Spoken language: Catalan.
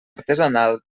artesanal